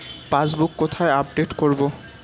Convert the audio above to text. Passbook কোথায় update করব?